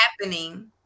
happening